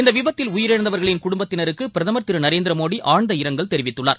இந்த விபத்தில் உயிரிழந்தவர்களின் குடும்பத்தினருக்கு பிரதமர் திரு நரேந்திரமோடி ஆழ்ந்த இரங்கல் தெரிவித்துள்ளார்